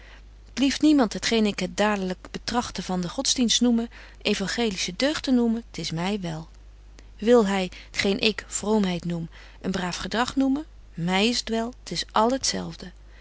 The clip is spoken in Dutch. blieft iemand het geen ik het dadelyk betrachten van den godsdienst noeme euangelische deugd te noemen t is my wel wil hy t geen ik vroomheid noem een braaf gedrag noemen my is t wel t is al